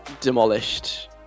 demolished